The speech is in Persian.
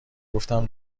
گفتم